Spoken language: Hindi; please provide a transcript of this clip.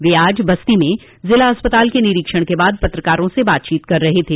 वे आज बस्ती में जिला अस्पताल के निरीक्षण के बाद पत्रकारों से बातचीत कर रहे थे